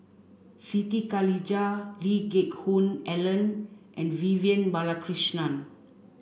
Siti Khalijah Lee Geck Hoon Ellen and Vivian Balakrishnan